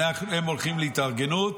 הם הולכים להתארגנות,